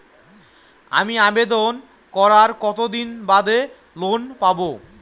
আমি আবেদন করার কতদিন বাদে লোন পাব?